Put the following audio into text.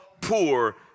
poor